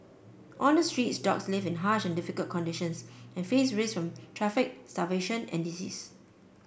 on the streets dogs live in harsh and difficult conditions and face traffic starvation and disease